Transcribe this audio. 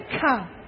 come